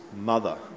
mother